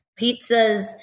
pizzas